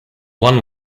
one